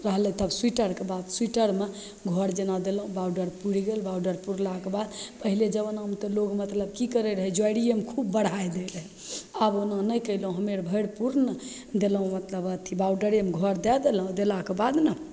रहलै तब सोइटरके बात सोइटरमे घर जेना देलहुँ बॉडर पुरि गेल बॉडर पुरलाके बाद पहिले जमानामे तऽ लोक मतलब कि करै रहै जड़िएमे खूब बढ़ै दै रहै अब ओना नहि कएलहुँ हमे आर भरि पूर्ण देलहुँ मतलब अथी बॉडरेमे घर दै देलहुँ देलाक बाद ने